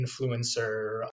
influencer